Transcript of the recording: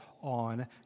on